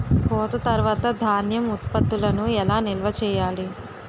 కోత తర్వాత ధాన్యం ఉత్పత్తులను ఎలా నిల్వ చేయాలి?